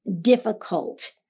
Difficult